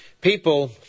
people